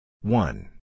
One